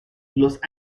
los